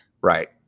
Right